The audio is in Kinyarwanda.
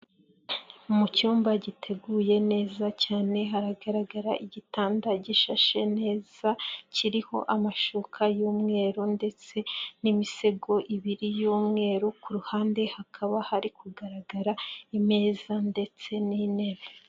Mu cyumba giteguye neza cyane hagaragara igitanda gishashe neza kiriho amashuka y'umweru ndetse n'imisego ibiri y'umweru, ku ruhande hakaba hari kugaragara imeza ndetse n'intebe.